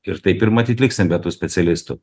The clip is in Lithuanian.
ir taip ir matyt liksim be tų specialistų